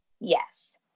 yes